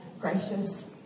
gracious